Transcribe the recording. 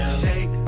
Shake